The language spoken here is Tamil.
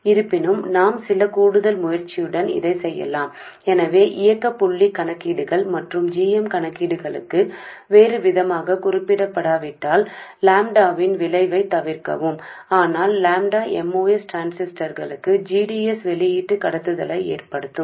இருப்பினும் நாம் சில கூடுதல் முயற்சியுடன் இதைச் செய்யலாம் எனவே இயக்க புள்ளி கணக்கீடுகள் மற்றும் g m கணக்கீடுகளுக்கு வேறுவிதமாகக் குறிப்பிடப்படாவிட்டால் லாம்ப்டாவின் விளைவைத் தவிர்க்கவும் ஆனால் லாம்ப்டா MOS டிரான்சிஸ்டருக்கு g d s வெளியீட்டு கடத்துதலை ஏற்படுத்தும்